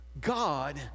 God